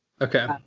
Okay